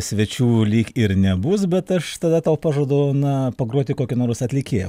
svečių lyg ir nebus bet aš tada tau pažadu na pagroti kokį nors atlikėją